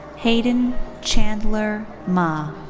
hayden chandler mah.